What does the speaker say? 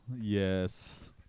Yes